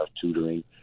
tutoring